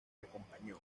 acompañó